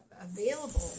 available